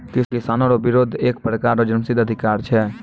किसानो रो बिरोध एक प्रकार रो जन्मसिद्ध अधिकार छै